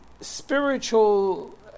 spiritual